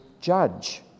judge